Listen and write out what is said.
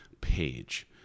page